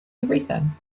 everything